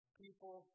people